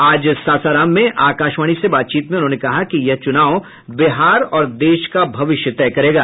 आज सासाराम में आकाशवाणी से बातचीत में उन्होने कहा कि यह चुनाव बिहार और देश का भविष्य तय करेगा